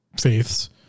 faiths